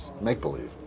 make-believe